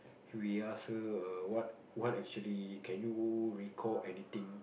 we ask her err what what actually can you recall anything